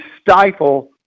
stifle